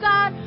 God